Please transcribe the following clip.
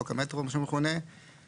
שמכונה חוק המטרו,